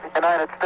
an and